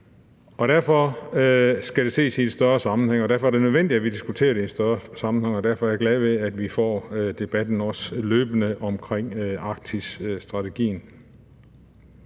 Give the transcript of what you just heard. Derfor skal det ses i en større sammenhæng, og derfor er det nødvendigt, at vi diskuterer det i en større sammenhæng. Derfor er jeg glad for, at vi også får debatten om Arktisstrategien